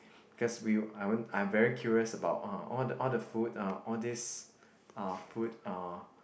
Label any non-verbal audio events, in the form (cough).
because we (noise) I won't I am very curious about uh all the all the food uh all these uh food uh